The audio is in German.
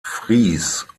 fries